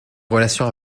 relations